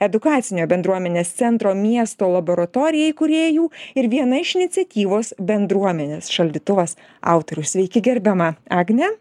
edukacinio bendruomenės centro miesto laboratorija įkūrėjų ir viena iš iniciatyvos bendruomenės šaldytuvas autorius sveiki gerbiama agne